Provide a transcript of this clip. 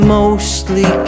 mostly